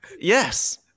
Yes